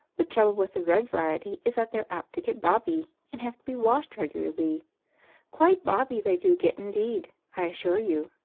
the trouble with the red variety is that they're apt to get bobby and have to be washed regularly quite bobby they do get indeed, i assure you.